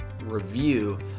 review